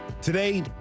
Today